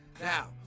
Now